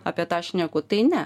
apie tą šneku tai ne